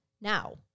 now